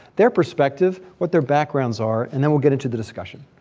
their perspective, what their backgrounds are, and then we'll get into the discussion.